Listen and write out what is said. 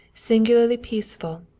singularly peaceful,